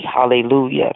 hallelujah